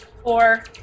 Four